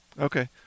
Okay